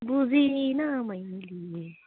बुझिनँ मैले